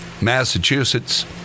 Massachusetts